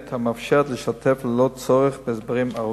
המאפשרת לשתף ללא צורך בהסברים ארוכים.